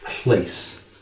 place